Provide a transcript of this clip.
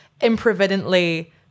improvidently